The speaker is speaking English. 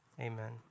Amen